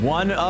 one